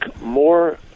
more